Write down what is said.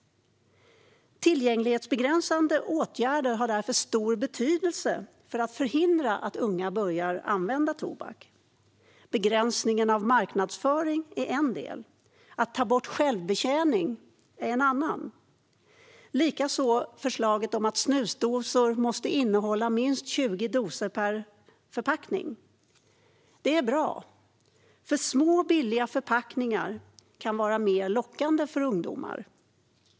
Tillgänglighetsbegränsande åtgärder har därför stor betydelse för att förhindra att unga börjar använda tobak. Begränsning av marknadsföring är en viktig del, att ta bort självbetjäning av tobaksvaror en annan liksom förslaget att snusdosor måste innehålla minst 20 portioner per förpackning. Det är bra, för små billiga förpackningar kan vara mer lockande för ungdomar.